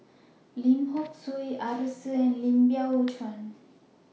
Lim Seok Hui Arasu and Lim Biow Chuan